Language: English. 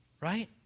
Right